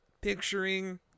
picturing